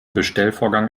bestellvorgang